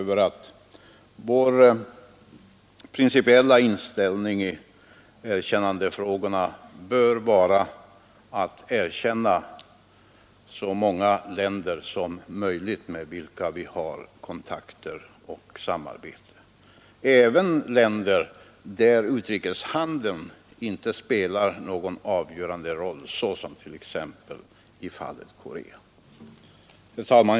Vår principiella inställning i erkännandefrågorna bör vara att erkänna så många länder som möjligt med vilka vi har kontakter och samarbete, även länder där utrikeshandeln inte spelar någon avgörande roll, såsom t.ex. i fallet Korea. Herr talman!